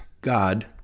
God